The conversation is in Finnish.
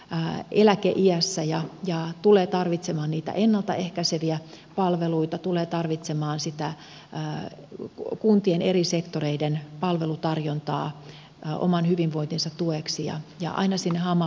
vähän ihminen on eläkeiässä ja tulee tarvitsemaan niitä ennalta ehkäiseviä palveluita tulee tarvitsemaan sitä kuntien eri sektoreiden palvelutarjontaa oman hyvinvointinsa tueksi ja aina sinne hamaan loppuun saakka